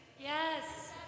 Yes